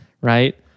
right